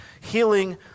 healing